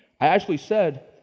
i actually said,